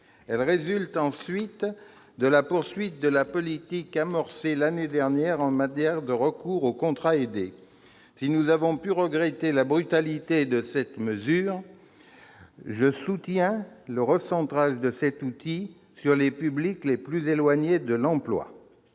Elle résulte, ensuite, de la poursuite de la politique amorcée l'année dernière en matière de recours aux contrats aidés. Si nous avons pu regretter la brutalité de cette mesure, je soutiens le recentrage de cet outil sur les publics les plus éloignés de l'emploi.